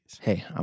Hey